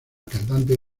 cantante